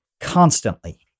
constantly